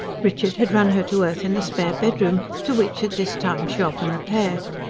richard had run her to earth in the spare bedroom, to which at this time she often repaired.